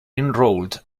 enrolled